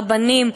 את הרבנים,